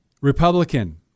Republican